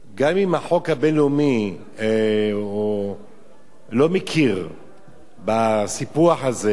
גם אם החוק הבין-לאומי לא מכיר בסיפוח הזה,